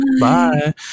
Bye